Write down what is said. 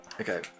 Okay